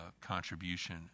contribution